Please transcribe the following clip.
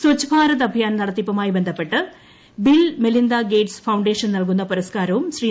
സ്ചച്ഛ് ഭാരത് അഭിയാൻ നടത്തിപ്പുമായി ബന്ധപ്പെട്ട് Bill Melinda Gates foundation നൽകുന്ന പുരസ്കാരവും ശ്രീ